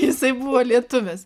jisai buvo lietuvis